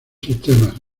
sistemas